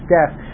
Death